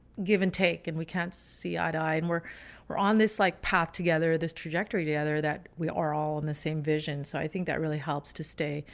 give and take and we can't see eye to eye and we're we're on this like path together this trajectory together that we are all on the same vision. so i think that really helps to stay.